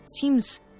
seems